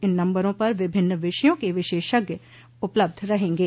इन नम्बरों पर विभिन्न विषयों के विशेषज्ञ उपलब्ध रहेंगे